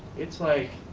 it's like